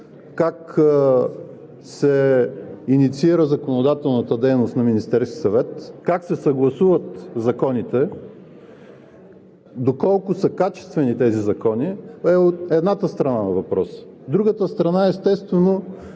как се инициира законодателната дейност на Министерския съвет, как се съгласуват законите, доколко са качествени тези закони – е едната страна на въпроса. Другата страна, естествено,